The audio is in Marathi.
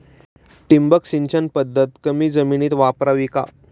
ठिबक सिंचन पद्धत कमी जमिनीत वापरावी का?